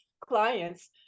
clients